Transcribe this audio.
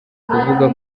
kuvuga